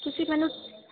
ਤੁਸੀਂ ਮੈਨੂੰ